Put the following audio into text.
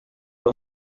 dos